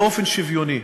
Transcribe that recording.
באופן שוויוני.